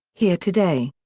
here today.